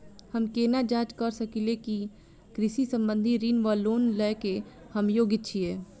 हम केना जाँच करऽ सकलिये की कृषि संबंधी ऋण वा लोन लय केँ हम योग्य छीयै?